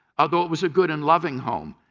although it was a good and loving home.